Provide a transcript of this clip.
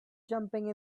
jumping